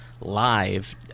live